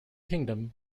kingdom